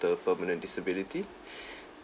tal permanent disability